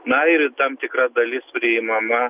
na ir tam tikra dalis priimama